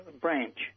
branch